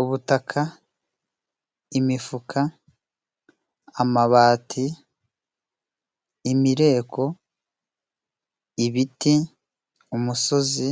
Ubutaka, imifuka, amabati, imireko, ibiti, umusozi